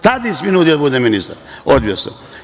Tadić mi je nudio da budem ministar, odbio sam.